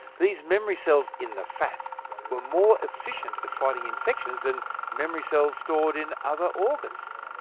these memory cells in the fat were more efficient at fighting infections than memory cells stored in other organs.